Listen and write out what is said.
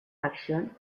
action